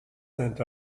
sent